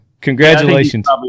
congratulations